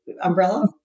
umbrella